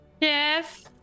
yes